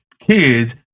kids